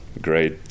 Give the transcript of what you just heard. great